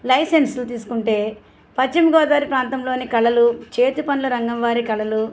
licence తీసుకుంటే పశ్చిమగోదావరి ప్రాంతంలోని కళలు చేతిపనుల రంగం వారి కళలు